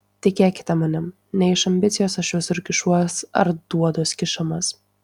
tikėkite manim ne iš ambicijos aš visur kišuos ar duoduos kišamas